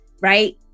right